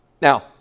Now